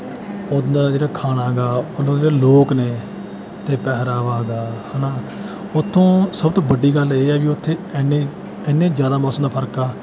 ਉੱਧਰ ਦਾ ਜਿਹੜਾ ਖਾਣਾ ਗਾ ਉੱਧਰ ਦੇ ਲੋਕ ਨੇ ਅਤੇ ਪਹਿਰਾਵਾ ਗਾ ਹੈ ਨਾ ਉੱਥੋਂ ਸਭ ਤੋਂ ਵੱਡੀ ਗੱਲ ਇਹ ਹੈ ਵੀ ਉੱਥੇ ਐਨੇ ਐਨੇ ਜ਼ਿਆਦਾ ਮੋਸਮ ਦਾ ਫਰਕ ਆ